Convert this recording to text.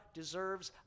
deserves